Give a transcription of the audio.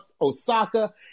Osaka